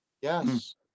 yes